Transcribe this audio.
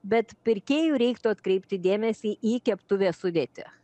bet pirkėjui reiktų atkreipti dėmesį į keptuvės sudėtį